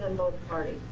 both parties?